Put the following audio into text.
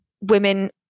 women –